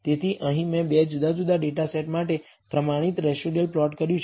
તેથી અહીં મેં 2 જુદા જુદા ડેટા સેટ માટે પ્રમાણિત રેસિડયુઅલ પ્લોટ કર્યું છે